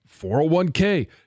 401k